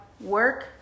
work